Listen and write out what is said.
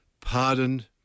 pardoned